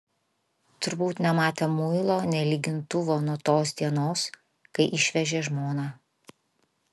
turbūt nematę muilo nė lygintuvo nuo tos dienos kai išvežė žmoną